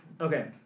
Okay